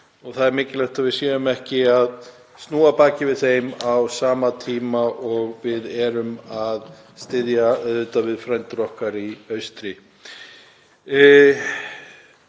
Það er mikilvægt að við séum ekki að snúa baki við þeim á sama tíma og við erum auðvitað að styðja við frændur okkar í austri.